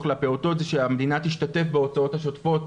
לפעוטות היא שהמדינה תשתתף בהוצאות השוטפות,